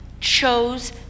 chose